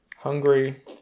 Hungry